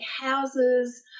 houses